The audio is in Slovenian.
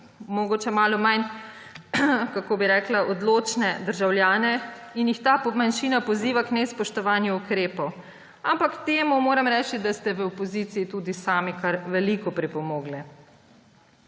mogoče malo manj – kako bi rekla? – odločne državljane in jih ta manjšina poziva k nespoštovanju ukrepov. Ampak k temu, moram reči, ste v opoziciji tudi sami kar veliko pripomogli.